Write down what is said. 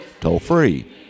toll-free